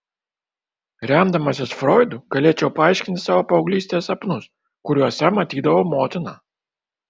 remdamasis froidu galėčiau paaiškinti savo paauglystės sapnus kuriuose matydavau motiną